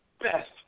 best